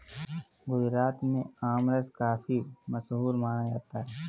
गुजरात में आमरस काफी मशहूर माना जाता है